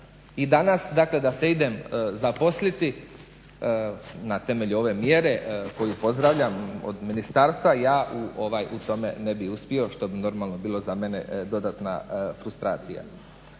i danas dakle da se idem zaposliti na temelju ove mjere koju pozdravljam od ministarstva, ja u tome ne bi uspio, što bi normalno bilo za mene dodatna frustracija.